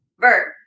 Verb